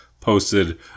posted